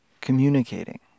communicating